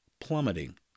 plummeting